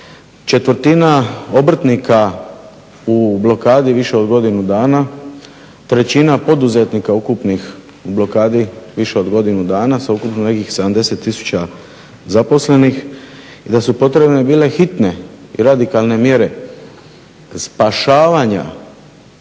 četvrtina obrtnika u blokadi više od godinu dana, trećina poduzetnika ukupnih u blokadi više od godinu dana sa ukupno nekih 70 tisuća zaposlenih i da su potrebne bile hitne i radikalne mjere spašavanja